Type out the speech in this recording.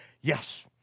yes